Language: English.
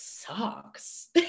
sucks